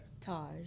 Taj